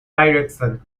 direction